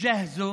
נמשכת,